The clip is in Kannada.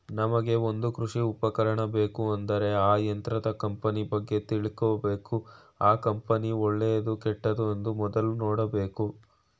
ನಮ್ಗೆ ಒಂದ್ ಕೃಷಿ ಉಪಕರಣ ಬೇಕು ಅಂದ್ರೆ ಆ ಯಂತ್ರದ ಕಂಪನಿ ಬಗ್ಗೆ ತಿಳ್ಕಬೇಕು ಆ ಕಂಪನಿ ಒಳ್ಳೆದಾ ಕೆಟ್ಟುದ ಅಂತ ಮೊದ್ಲು ನೋಡ್ಬೇಕು